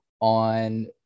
on